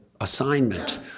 assignment